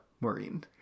Maureen